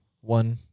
one